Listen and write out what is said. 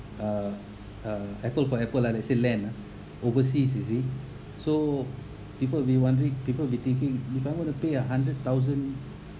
uh uh apple for apple lah let's say land ah overseas you see so people will be wanting people be thinking if I want to pay a hundred thousand